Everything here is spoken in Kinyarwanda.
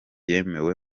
yemewe